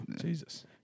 Jesus